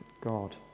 God